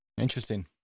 Interesting